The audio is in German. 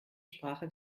sprache